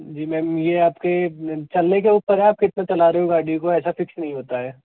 जी ma'am यह आपके चलने के ऊपर है आप कितना चला रहे हो आप गाड़ी को ऐसा फिक्स नहीं होता है